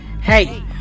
Hey